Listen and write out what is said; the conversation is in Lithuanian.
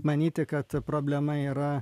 manyti kad problema yra